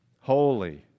holy